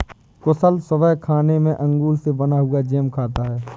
कुशल सुबह खाने में अंगूर से बना हुआ जैम खाता है